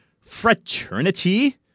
fraternity